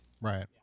Right